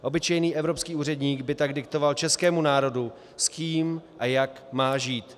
Obyčejný evropský úředník by tak diktoval českému národu, s kým a jak má žít.